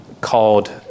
called